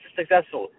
successful